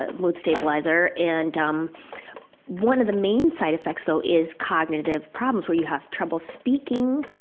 ah mood stabilizer, and um one of the main side effects though is cognitive problems where you have trouble speaking,